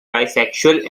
bisexual